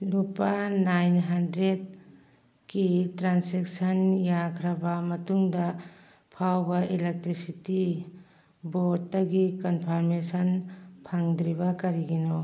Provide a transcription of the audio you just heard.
ꯂꯨꯄꯥ ꯅꯥꯏꯟ ꯍꯟꯗ꯭ꯔꯦꯗꯀꯤ ꯇ꯭ꯔꯥꯟꯁꯦꯛꯁꯟ ꯌꯥꯈ꯭ꯔꯕ ꯃꯇꯨꯡꯗ ꯐꯥꯎꯕ ꯏꯂꯦꯛꯇ꯭ꯔꯤꯁꯤꯇꯤ ꯕꯣꯔꯗꯇꯒꯤ ꯀꯟꯐꯥꯔꯃꯦꯁꯟ ꯐꯪꯗ꯭ꯔꯤꯕ ꯀꯔꯤꯒꯤꯅꯣ